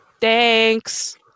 thanks